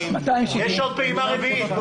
3,200. יש עוד פעימה רביעית.